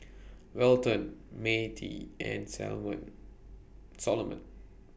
Welton Matie and Solomon